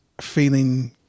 feeling